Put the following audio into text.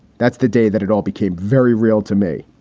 that's the day that it all became very real to me.